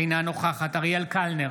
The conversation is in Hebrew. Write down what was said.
אינה נוכחת אריאל קלנר,